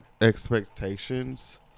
expectations